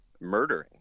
murdering